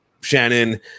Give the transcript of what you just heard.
Shannon